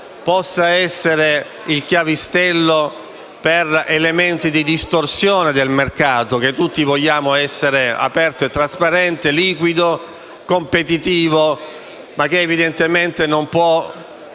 possa essere il chiavistello per elementi di distorsione del mercato, che tutti vogliamo essere aperto, trasparente, liquido, competitivo, ma che evidentemente non può